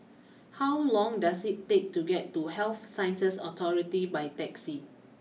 how long does it take to get to Health Sciences Authority by taxi